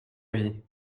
vie